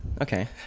okay